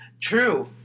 True